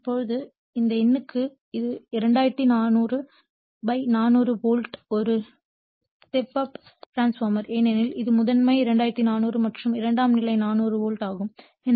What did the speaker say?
எனவே இப்போது இந்த எண்ணுக்கு இது 2400400 வோல்ட் ஒரு ஸ்டெப் அப் டிரான்ஸ்பார்மர் ஏனெனில் இது முதன்மை 2400 மற்றும் இரண்டாம் நிலை 400 வோல்ட் ஆகும்